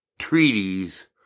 treaties